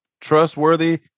Trustworthy